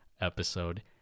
episode